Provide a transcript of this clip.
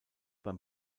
beim